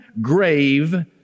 grave